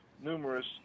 numerous